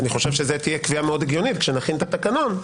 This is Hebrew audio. וזאת תהיה קביעה מאוד הגיונית כשנכין את התקנון,